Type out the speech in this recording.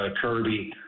Kirby